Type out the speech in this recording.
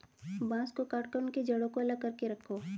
बांस को काटकर उनके जड़ों को अलग करके रखो